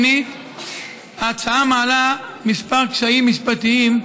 שנית, ההצעה מעלה כמה קשיים משפטיים,